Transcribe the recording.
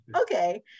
okay